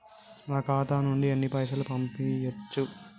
నా ఖాతా నుంచి ఎన్ని పైసలు పంపించచ్చు?